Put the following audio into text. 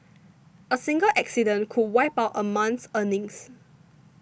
a single accident could wipe out a month's earnings